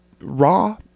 raw